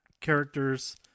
characters